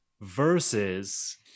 versus